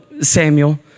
Samuel